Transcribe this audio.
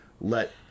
let